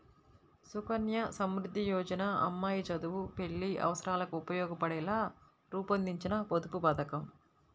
సుకన్య సమృద్ధి యోజన అమ్మాయి చదువు, పెళ్లి అవసరాలకు ఉపయోగపడేలా రూపొందించిన పొదుపు పథకం